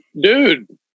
dude